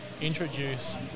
introduce